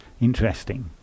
Interesting